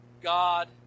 God